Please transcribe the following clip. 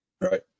right